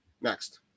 Next